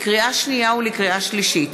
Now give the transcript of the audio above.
לקריאה שנייה ולקריאה שלישית: